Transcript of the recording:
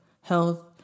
health